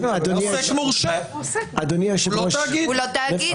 הוא עוסק מורשה, הוא לא תאגיד.